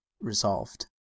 resolved